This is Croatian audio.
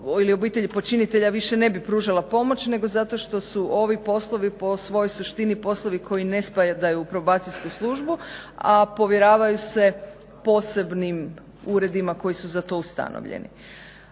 obitelji počinitelja više ne bi pružala pomoć nego zato što su ovi poslovi po svojoj suštini poslovi koji ne spadaju u probacijsku službu a povjeravaju se posebnim uredima koji su za to ustanovljeni.